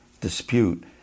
dispute